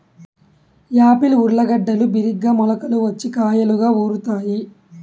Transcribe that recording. Apple ఊర్లగడ్డలు బిరిగ్గా మొలకలు వచ్చి కాయలుగా ఊరుతాయి